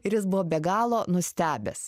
ir jis buvo be galo nustebęs